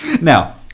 Now